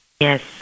Yes